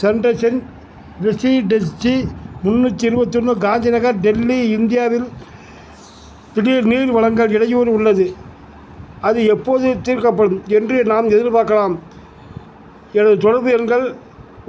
சன்டசன் residency முன்னூற்றி இருபத்தி ஒன்று காந்தி நகர் டெல்லி இந்தியாவில் திடீர் நீர் வழங்கல் இடையூறு உள்ளது அது எப்போது தீர்க்கப்படும் என்று நாம் எதிர்பார்க்கலாம் எனது தொடர்பு எண்கள்